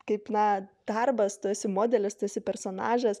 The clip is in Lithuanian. kaip na darbas tu esi modelis tu esi personažas